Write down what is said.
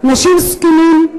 אנשים זקנים,